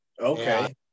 Okay